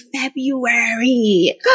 February